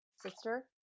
sister